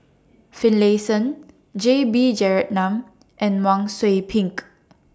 Finlayson J B Jeyaretnam and Wang Sui Pick